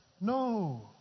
No